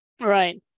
right